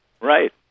Right